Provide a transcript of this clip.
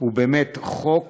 הוא באמת חוק